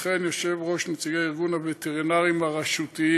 וכן עם יושב-ראש ונציגי ארגון הווטרינרים הרשותיים.